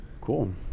Cool